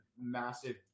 massive